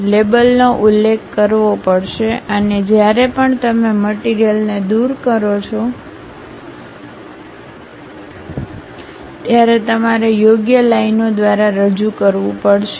તેથી તે લેબલનો ઉલ્લેખ કરવો પડશે અને જ્યારે પણ તમે મટીરીયલને દૂર કરો છો ત્યારે તમારે યોગ્ય લાઇનો દ્વારા રજૂ કરવું પડશે